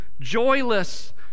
joyless